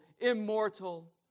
immortal